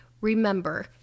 remember